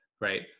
right